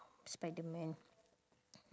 spiderman